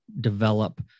develop